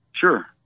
Sure